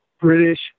British